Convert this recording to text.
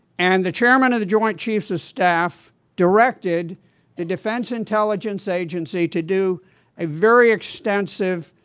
and the chairman of the joint chiefs of staff directed the defense intelligence agency to do a very extensive,